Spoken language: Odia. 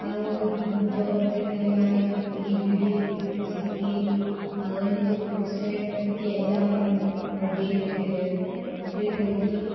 ଆଉ ଜବ୍ ଅପଡ଼େଟ୍ ମାନେ ଯେମିତିକି B E D C T ଆଉ ଏମିତି ଓଷ୍ଟେଟ୍ ଏମିତି ଏକ୍ଜାମ୍ ଡେଟ୍ ଡେଟ୍ ହଉ କି